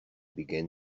began